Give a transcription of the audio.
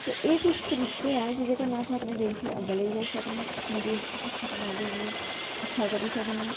ते एह् तरीकै हैन जेह्दे कन्नै अस अपने देश गी अग्गें लेई जाई सकनें अपने देश दी शिक्षा प्रणाली गी अच्छा करी सकने